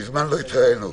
מזמן לא התראינו.